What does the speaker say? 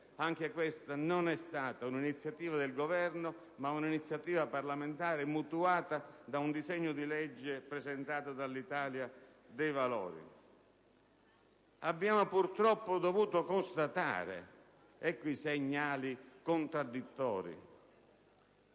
anche questa non è stata un'iniziativa del Governo, ma un'iniziativa parlamentare mutuata da un disegno di legge presentato dall'Italia dei Valori. Abbiamo purtroppo dovuto constatare - ecco i segnali contraddittori